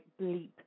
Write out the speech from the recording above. bleep